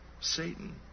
Satan